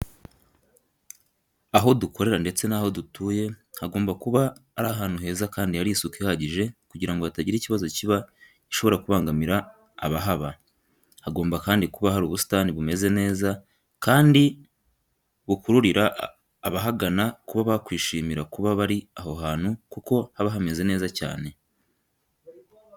Aho dukorera ndetse naho dutuye hagomba kuba ari ahantu heza kandi hari isuku ihagije kugira ngo hatagira ikibazo kiba gishobora kubangamira abahaba. Hagomba kandi kuba hari ubusitani bumeze neza kandi bukururira abahagana kuba bakwishimira kuba bari aho hantu kuko haba hameze neza cyane.